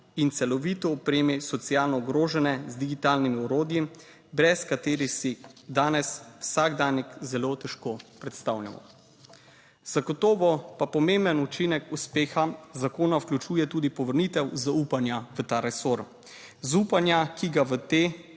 in celovito opremi socialno ogrožene z digitalnimi orodji, brez katerih si danes vsakdanjik zelo težko predstavljamo. Zagotovo pa pomemben učinek uspeha zakona vključuje tudi povrnitev zaupanja v ta resor, zaupanja, ki ga v tem